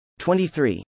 23